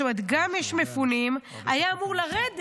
זאת אומרת, גם יש מפונים, והיה אמור לרדת.